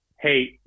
hey